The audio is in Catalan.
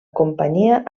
companyia